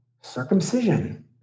Circumcision